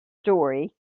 story